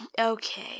Okay